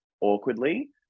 awkwardly